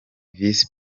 visi